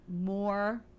more